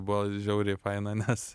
buvo žiauriai faina nes